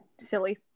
silly